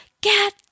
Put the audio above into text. Get